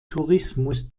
tourismus